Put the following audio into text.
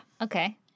okay